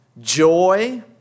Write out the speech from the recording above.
joy